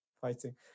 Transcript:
fighting